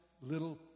little